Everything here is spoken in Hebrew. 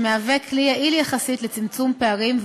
שמהווה כלי יעיל יחסית לצמצום פערים,